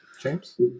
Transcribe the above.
James